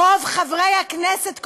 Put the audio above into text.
רוב חברי הכנסת,